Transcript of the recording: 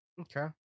Okay